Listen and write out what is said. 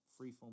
freeform